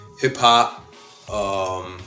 hip-hop